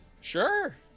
sure